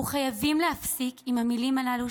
אנחנו חייבים להפסיק עם המילים הללו,